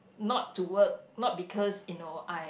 not to work not because you know I